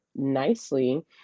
nicely